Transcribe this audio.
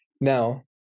Now